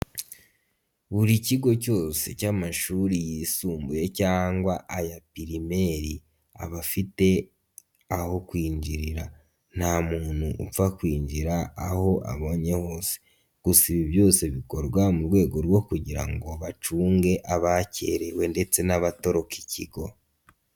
Buri kigo cyose cy'amashuri yisumbuye cyangwa aya pirimeri, aba afite aho kwinjirira nta muntu upfa kwinjira aho abonye hose gusa ibi byose bikorwa mu rwego rwo kugira ngo bacunge abakerererwe ndetse n'abatoroka ikigo.